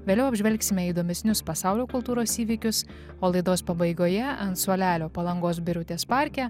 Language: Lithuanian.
vėliau apžvelgsime įdomesnius pasaulio kultūros įvykius o laidos pabaigoje ant suolelio palangos birutės parke